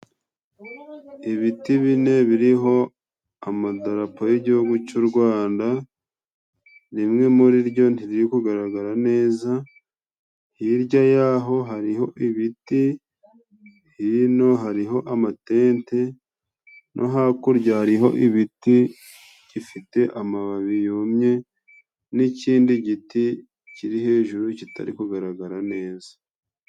Ibiti bine biriho amadarapo y'igihugu cy'u Rwanda. Rimwe muri ryo ntiriri kugaragara neza. Hirya y'aho hariho ibiti, hino hariho amatente. No hakuryaho hariho ibiti gifite amababi yumye n'ikindi giti kiri hejuru kitari kugaragara neza.